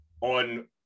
on